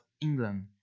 England